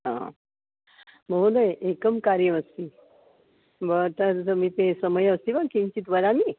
महोदय एकं कार्यमस्ति तत् निमित्तं समयः अस्ति वा किञ्चित् वदामि